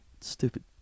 Stupid